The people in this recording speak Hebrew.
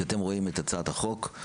כשאתם רואים את הצעת החוק,